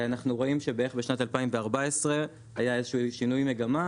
אנחנו רואים שבערך בשנת 2014 היה איזשהו שינוי מגמה.